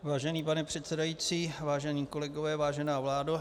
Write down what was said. Vážený pane předsedající, vážení kolegové, vážená vládo.